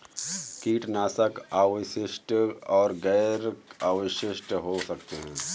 कीटनाशक अवशिष्ट और गैर अवशिष्ट हो सकते हैं